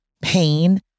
pain